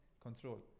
control